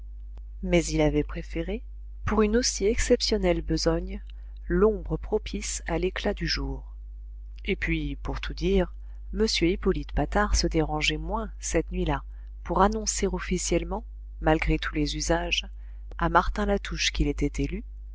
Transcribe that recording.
mais il avait préféré pour une aussi exceptionnelle besogne l'ombre propice à l'éclat du jour et puis pour tout dire m hippolyte patard se dérangeait moins cette nuit-là pour annoncer officiellement malgré tous les usages à martin latouche qu'il était élu